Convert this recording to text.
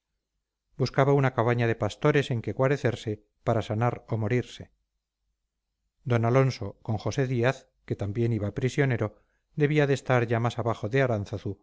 buscaba una cabaña de pastores en que guarecerse para sanar o morirse d alonso con josé díaz que también iba prisionero debía de estar ya más abajo de aránzazu